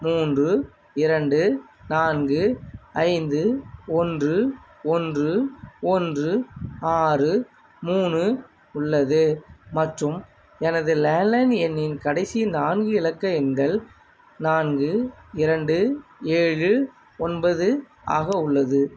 மூன்று இரண்டு நான்கு ஐந்து ஒன்று ஒன்று ஒன்று ஆறு மூணு உள்ளது மற்றும் எனது லேண்ட்லைன் எண்ணின் கடைசி நான்கு இலக்க எண்கள் நான்கு இரண்டு ஏழு ஒன்பது ஆக உள்ளது